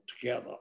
together